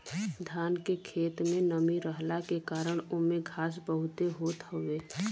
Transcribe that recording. धान के खेत में नमी रहला के कारण ओमे घास बहुते होत हवे